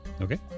Okay